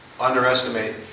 underestimate